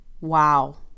Wow